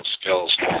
skills